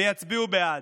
ויצביעו בעד.